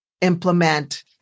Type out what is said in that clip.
implement